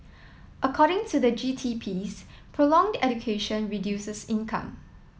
according to the G T piece prolonged education reduces income